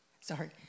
Sorry